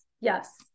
Yes